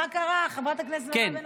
מה קרה, חברת הכנסת מירב בן ארי?